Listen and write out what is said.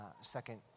second